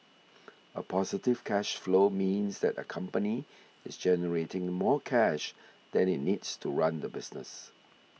a positive cash flow means that a company is generating more cash than it needs to run the business